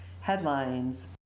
headlines